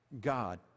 god